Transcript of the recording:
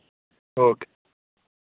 okay